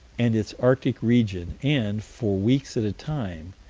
and its arctic region and, for weeks at a time,